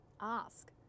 ask